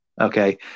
okay